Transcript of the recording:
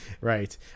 Right